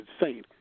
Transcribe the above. insane